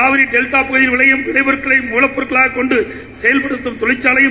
Kaveri delta பகுதிகளில் விளையும் விளை பொருட்களை மூலப்பொருட்களாக கொண்டு செயல்படுத்தும் தொழிற்சாலைகளையும்